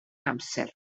amser